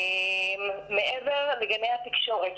מעבר לגני התקשורת,